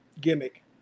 gimmick